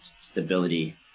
stability